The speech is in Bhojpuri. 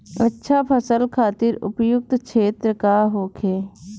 अच्छा फसल खातिर उपयुक्त क्षेत्र का होखे?